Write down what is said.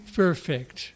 perfect